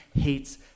hates